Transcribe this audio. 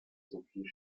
sophie